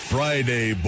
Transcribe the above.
Friday